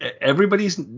everybody's